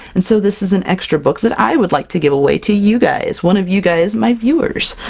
and so this is an extra book that i would like to give away to you guys! one of you guys, my viewers!